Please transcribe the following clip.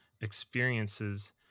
experiences